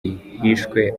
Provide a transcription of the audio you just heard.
hishwe